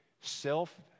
self